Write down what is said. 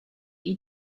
you